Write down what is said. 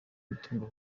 imitungo